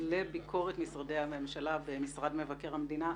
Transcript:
משרדי הממשלה במשרד מבקר המדינה.